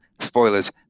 spoilers